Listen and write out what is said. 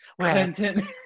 Clinton